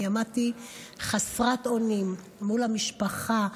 אני עמדתי חסרת אונים מול המשפחה.